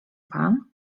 pan